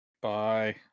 Bye